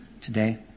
today